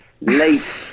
late